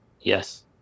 Yes